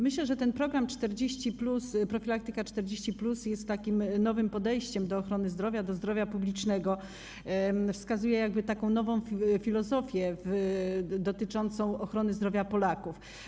Myślę, że ten program „Profilaktyka 40+” jest takim nowym podejściem do ochrony zdrowia, do zdrowia publicznego, wskazuje taką nową filozofię dotyczącą ochrony zdrowia Polaków.